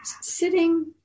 sitting